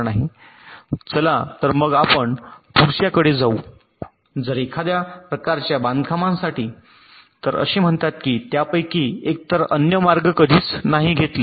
चला तर मग आपण पुढच्याकडे जाऊ जर एखाद्या प्रकारच्या बांधकामासाठी तर असे म्हणतात की त्यापैकी एकतर अन्य मार्ग कधीच नाही घेतले